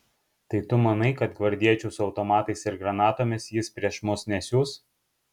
tai tu manai kad gvardiečių su automatais ir granatomis jis prieš mus nesiųs